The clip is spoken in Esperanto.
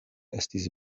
estis